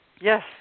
Yes